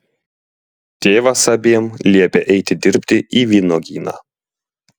tėvas abiem liepia eiti dirbti į vynuogyną